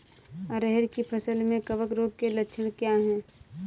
अरहर की फसल में कवक रोग के लक्षण क्या है?